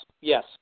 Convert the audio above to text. yes